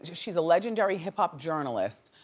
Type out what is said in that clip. she's a legendary hip-hop journalist.